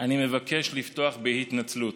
אני מבקש לפתוח בהתנצלות,